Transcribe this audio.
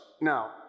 Now